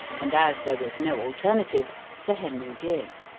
and as there was no alternative, sir henry did.